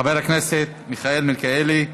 חבר הכנסת מיכאל מלכיאלי,